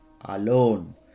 alone